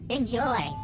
Enjoy